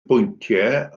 bwyntiau